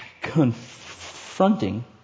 Confronting